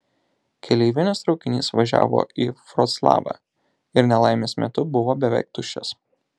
keleivinis traukinys važiavo į vroclavą ir nelaimės metu buvo beveik tuščias